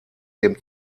dem